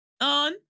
On